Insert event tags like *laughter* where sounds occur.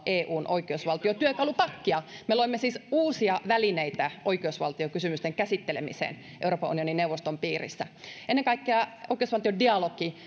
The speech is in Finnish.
eun oikeusvaltiotyökalupakkia me loimme siis uusia välineitä oikeusvaltiokysymysten käsittelemiseen euroopan unionin neuvoston piirissä ennen kaikkea oikeusvaltiodialogi *unintelligible*